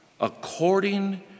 according